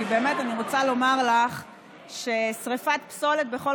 כי אני רוצה לומר לך ששרפת פסולת בכל